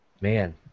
man